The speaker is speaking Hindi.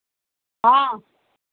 हाँ